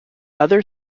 other